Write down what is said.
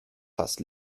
fast